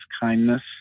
kindness